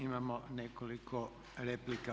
Imamo nekoliko replika.